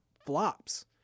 flops